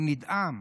הוא נדהם.